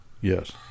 Yes